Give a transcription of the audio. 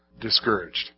Discouraged